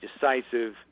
decisive